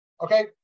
Okay